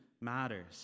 matters